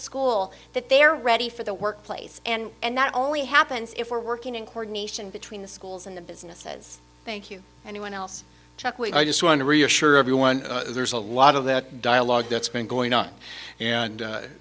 school that they're ready for the workplace and that only happens if we're working in coordination between the schools and the businesses thank you anyone else i just want to reassure everyone there's a lot of that dialogue that's been going on and